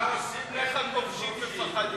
איך הכובשים מפחדים?